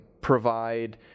provide